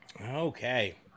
Okay